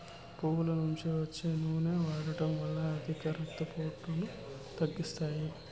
నువ్వుల నుండి వచ్చే నూనె వాడడం వల్ల అధిక రక్త పోటును తగ్గిస్తాది